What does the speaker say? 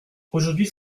aujourd’hui